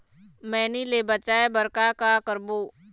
मैनी ले बचाए बर का का करबो?